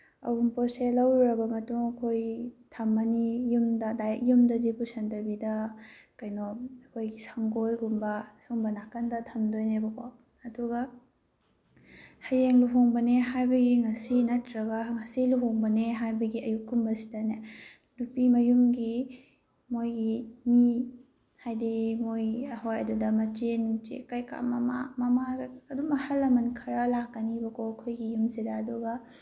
ꯑꯋꯨꯟꯄꯣꯠꯁꯦ ꯂꯧꯔꯨꯔꯕ ꯃꯇꯨꯡ ꯑꯩꯈꯣꯏ ꯊꯝꯃꯅꯤ ꯌꯨꯝꯗꯥ ꯗꯥꯏꯔꯦꯛ ꯌꯨꯝꯗꯗꯤ ꯄꯨꯁꯤꯟꯗꯕꯤꯗ ꯀꯩꯅꯣ ꯑꯩꯈꯣꯏꯒꯤ ꯁꯪꯒꯣꯏꯒꯨꯝꯕ ꯁꯨꯝꯕ ꯅꯥꯀꯟꯗ ꯊꯝꯗꯣꯏꯅꯦꯕꯀꯣ ꯑꯗꯨꯒ ꯍꯌꯦꯡ ꯂꯨꯍꯣꯡꯕꯅꯦ ꯍꯥꯏꯕꯒꯤ ꯉꯁꯤ ꯅꯠꯇ꯭ꯔꯒ ꯉꯁꯤ ꯂꯨꯍꯣꯡꯕꯅꯦ ꯍꯥꯏꯕꯒꯤ ꯑꯌꯨꯛꯀꯨꯝꯕꯁꯤꯗꯅꯦ ꯅꯨꯄꯤ ꯃꯌꯨꯝꯒꯤ ꯃꯣꯏꯒꯤ ꯃꯤ ꯍꯥꯏꯗꯤ ꯃꯣꯏ ꯍꯣꯏ ꯑꯗꯨꯗ ꯃꯆꯦ ꯅꯨꯡꯆꯦ ꯀꯩꯀꯥ ꯃꯃꯥ ꯃꯃꯥꯒ ꯑꯗꯨꯝ ꯑꯍꯜ ꯂꯃꯟ ꯈꯔ ꯂꯥꯛꯀꯅꯤꯕ ꯑꯩꯈꯣꯏꯒꯤ ꯌꯨꯝꯁꯤꯗ ꯑꯗꯨꯒ